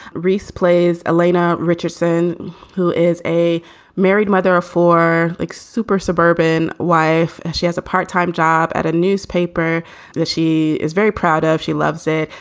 reese plays elaina richardson, who is a married mother of four like super suburban wife. she has a part time job at a newspaper newspaper that she is very proud of. she loves it.